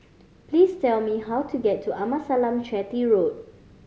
please tell me how to get to Amasalam Chetty Road